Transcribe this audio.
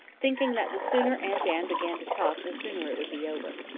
thinking that the sooner aunt anne began to talk the sooner it would be over.